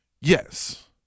Yes